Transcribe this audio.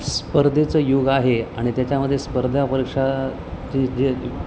स्पर्धेचं युग आहे आणि त्याच्यामध्ये स्पर्धापरीक्षाचे जे